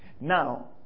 Now